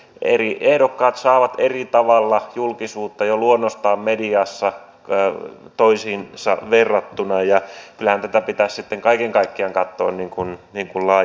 eri ehdokkaat saavat eri tavalla julkisuutta jo luonnostaan mediassa toisiinsa verrattuna ja kyllähän tätä pitäisi sitten kaiken kaikkiaan katsoa niin kuin laajemmin